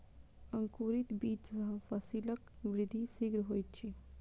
अंकुरित बीज सॅ फसीलक वृद्धि शीघ्र होइत अछि